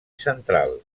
central